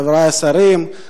חברי השרים,